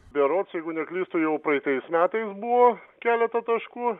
berods jeigu neklystu jau praeitais metais buvo keleta taškų